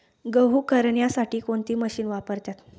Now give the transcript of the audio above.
गहू करण्यासाठी कोणती मशीन वापरतात?